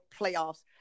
playoffs